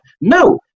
No